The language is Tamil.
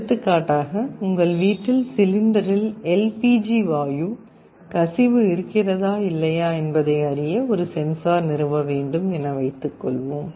எடுத்துக்காட்டாக உங்கள் வீட்டில் சிலிண்டரில் எல்பிஜி வாயு கசிவு இருக்கிறதா இல்லையா என்பதை அறிய ஒரு சென்சார் நிறுவ வேண்டும் என வைத்துகொள்வோம்